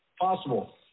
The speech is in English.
possible